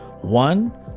one